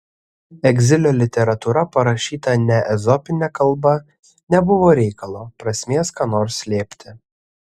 egzilio literatūra parašyta ne ezopine kalba nebuvo reikalo prasmės ką nors slėpti